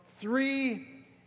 three